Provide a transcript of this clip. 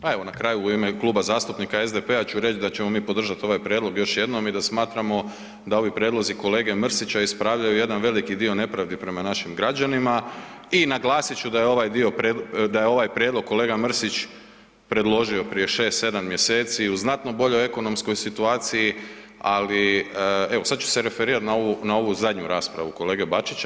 Pa evo na kraju u ime Kluba zastupnika SDP-a ću reći da ćemo mi podržati ovaj prijedlog još jednom i da smatramo da ovi prijedlozi kolege Mrsića ispravljaju jedan veliki dio nepravdi prema našim građanima i naglasit ću da je ovaj dio, da je ovaj prijedlog kolega Mrsić predložio prije 6, 7 mjeseci u znatno boljoj ekonomskoj situaciji, ali, evo, sad ću se referirati na ovu zadnju raspravu kolege Bačića.